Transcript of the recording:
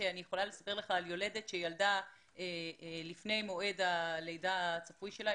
אני יכולה לספר לך על יולדת שילדה לפני מועד הלידה הצפוי שלה.